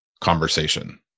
conversation